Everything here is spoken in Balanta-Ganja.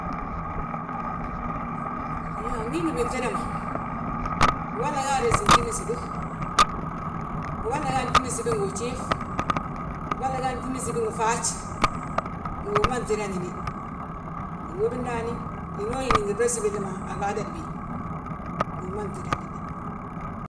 Iyoo, ngí ngi binŧida ma, bigolla ga a resi njiminsibi, bigolla ga a njiminsibi ngu ujiif, bigolla ga a njiminsibi ngi faaj. Ngi bigi ma nŧandini, biñóbi ndaani, hinoo hini ngi bresi billi ma, agaadabi ngi bigi ma nŧidandini.